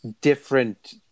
different